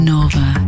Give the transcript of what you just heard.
Nova